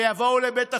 ויבואו לבית החולים,